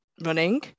running